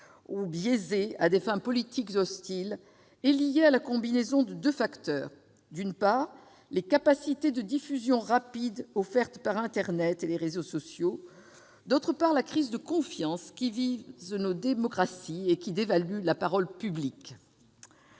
ou biaisées à des fins politiques hostiles, est liée à la combinaison de deux facteurs : d'une part, les capacités de diffusion rapide offertes par internet et les réseaux sociaux ; d'autre part, la crise de confiance qui dévalue la parole publique